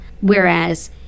whereas